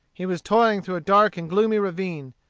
he was toiling through a dark and gloomy ravine,